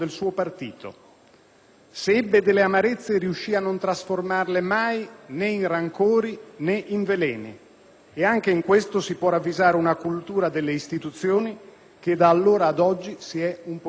Se ebbe delle amarezze, riuscì a non trasformarle mai né in rancori, né in veleni, e anche in questo si può ravvisare una cultura delle istituzioni che, da allora ad oggi, si è un pochino dispersa.